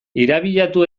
irabiatu